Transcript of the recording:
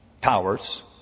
powers